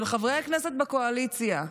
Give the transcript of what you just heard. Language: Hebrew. של חברי הכנסת בקואליציה,